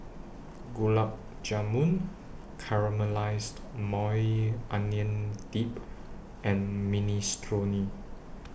Gulab Jamun Caramelized Maui Onion Dip and Minestrone